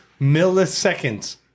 milliseconds